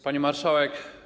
Pani Marszałek!